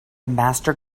master